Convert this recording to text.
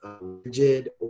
rigid